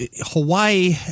Hawaii